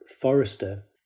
Forrester